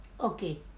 Okay